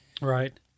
Right